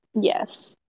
Yes